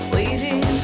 Waiting